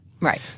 Right